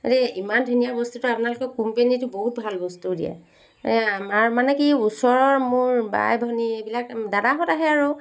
ইমান ধুনীয়া বস্তুটো আপোনালোকৰ কোম্পেনীটো বহুত ভাল বস্তু দিয়ে আমাৰ মানে কি ওচৰৰ মোৰ বাই ভনী এইবিলাক দাদাহঁত আহে আৰু